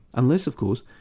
unless of course,